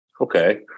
Okay